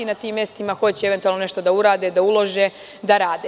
Na tim mestima hoće eventualno nešto da urade, da ulože, da rade.